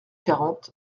quarante